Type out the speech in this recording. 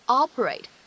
operate